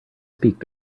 speak